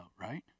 right